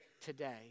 today